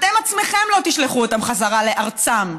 אתם עצמכם לא תשלחו אותם חזרה לארצם,